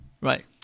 Right